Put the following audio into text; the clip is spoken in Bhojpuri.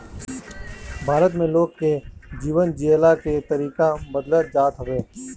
भारत में लोग के जीवन जियला के तरीका बदलत जात हवे